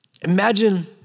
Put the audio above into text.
Imagine